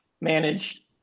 manage